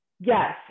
Yes